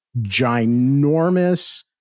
ginormous